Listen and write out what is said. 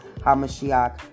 HaMashiach